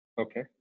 Okay